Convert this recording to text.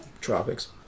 Tropics